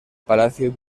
palacio